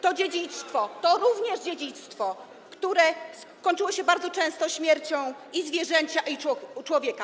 To dziedzictwo, to również dziedzictwo, które kończyło się bardzo często śmiercią i zwierzęcia, i człowieka.